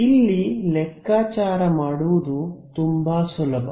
ಇಲ್ಲಿ ಲೆಕ್ಕಾಚಾರ ಮಾಡುವುದು ತುಂಬಾ ಸುಲಭ